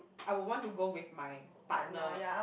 I would want to go with my partner